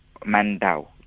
Mandau